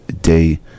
day